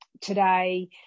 today